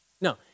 No